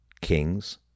kings